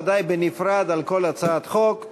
בוודאי בנפרד על כל הצעת חוק.